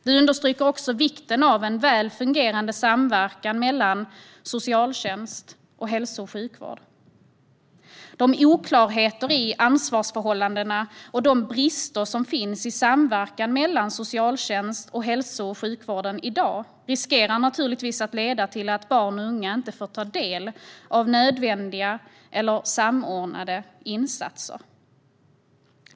Det understryker också vikten av en väl fungerande samverkan mellan socialtjänst och hälso och sjukvård. De oklarheter i ansvarsförhållandena och de brister som finns i samverkan mellan socialtjänst och hälso och sjukvården i dag riskerar naturligtvis att leda till att barn och unga inte får ta del av nödvändiga eller samordnade insatser.